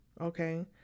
Okay